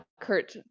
Kurt